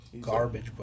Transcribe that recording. garbage